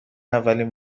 اولین